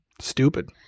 Stupid